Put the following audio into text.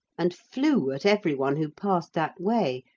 and flew at everyone who passed that way,